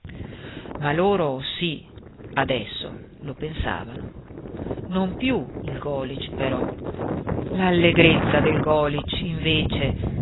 ma loro sì adesso lo pensavano non più il golisch però l'allegrezza del golisch invece